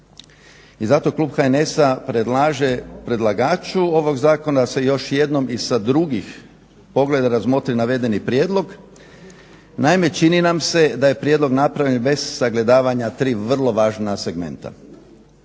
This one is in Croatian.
i zato klub HNS-a predlaže predlagaču ovog zakona da se još jednom i sa drugih pogleda razmotri navedeni prijedlog. Naime, čini nam se da je prijedlog napravljen bez sagledavanja 3 vrlo važna segmenta.